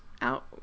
out